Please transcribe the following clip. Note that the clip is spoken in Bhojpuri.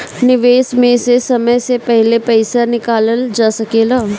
निवेश में से समय से पहले पईसा निकालल जा सेकला?